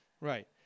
Right